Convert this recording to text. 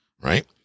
right